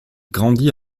grandit